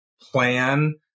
plan